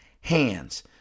hands